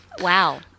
Wow